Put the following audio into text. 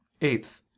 Eighth